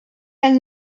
elle